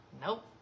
Nope